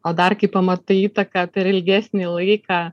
o dar kai pamatai įtaką per ilgesnį laiką